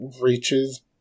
reaches